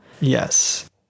Yes